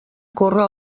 corre